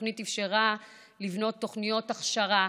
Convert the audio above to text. התוכנית אפשרה לבנות תוכניות הכשרה,